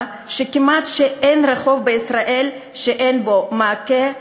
שכמעט אין רחוב בישראל שאין בו מעקה,